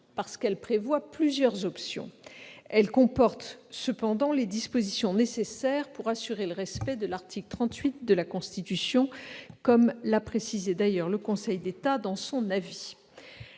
parce qu'elle prévoit plusieurs options. Elle comporte cependant les dispositions nécessaires pour assurer le respect de l'article 38 de la Constitution, comme l'a d'ailleurs précisé le Conseil d'État dans son avis.